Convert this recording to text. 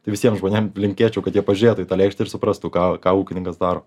tai visiem žmonėm linkėčiau kad jie pažiūrėtų į tą lėkštę ir suprastų ką ką ūkininkas daro